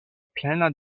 plena